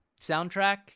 soundtrack